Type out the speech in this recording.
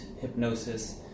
hypnosis